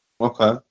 Okay